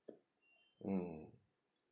mm